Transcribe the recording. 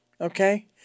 Okay